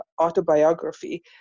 autobiography